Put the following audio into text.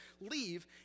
leave